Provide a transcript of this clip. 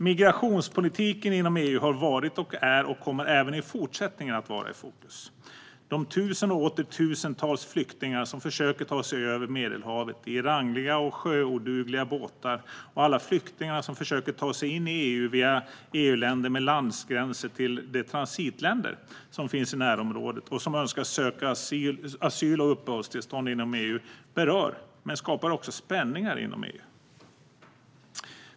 Migrationspolitiken inom EU har varit, är och kommer även i fortsättningen att vara i fokus. De tusentals och åter tusentals flyktingar som försöker ta sig över Medelhavet i rangliga och sjöodugliga båtar och alla flyktingar som försöker ta sig in i EU via EU-länder med landsgränser till de transitländer som finns i närområdet och som önskar söka asyl och uppehållstillstånd inom EU berör men skapar också spänningar inom EU.